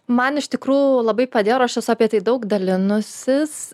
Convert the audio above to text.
man iš tikrųjų labai padėjo ir aš esu apie tai daug dalinusis